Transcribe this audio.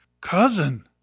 Cousin